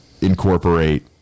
incorporate